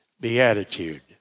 beatitude